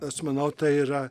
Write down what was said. aš manau tai yra